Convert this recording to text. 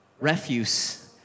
refuse